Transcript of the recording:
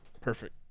Perfect